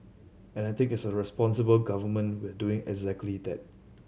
and I take as a responsible government we're doing exactly that